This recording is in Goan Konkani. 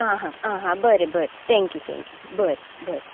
आं हां आं हां बरें बरें थँक्यू थँक्यू बरें बरें